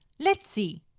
let's see.